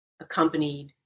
accompanied